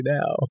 now